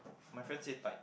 my friend say type